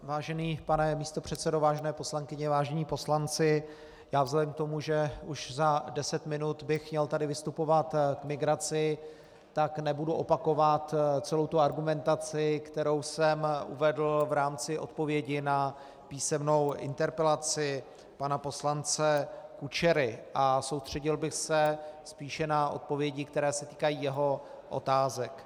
Vážený pane místopředsedo, vážené poslankyně, vážení poslanci, já vzhledem k tomu, že už za deset minut bych tady měl vystupovat k migraci, nebudu opakovat celou tu argumentaci, kterou jsem uvedl v rámci odpovědi na písemnou interpelaci pana poslance Kučery, a soustředil bych se spíše na odpovědi, které se týkají jeho otázek.